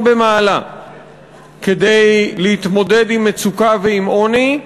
במעלה כדי להתמודד עם מצוקה ועם עוני.